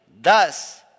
thus